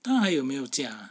他还有没有驾 ah